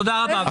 תודה רבה.